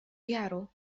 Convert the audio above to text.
jaru